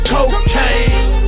Cocaine